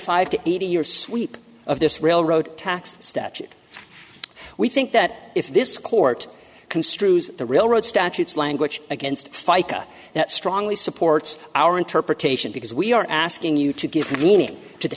five to eighty year sweep of this railroad tax statute we think that if this court construes the railroad statutes language against fica that strongly supports our interpretation because we are asking you to give meaning to the